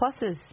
pluses